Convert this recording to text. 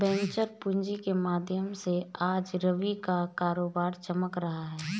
venture पूँजी के माध्यम से आज रवि का कारोबार चमक रहा है